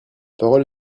parole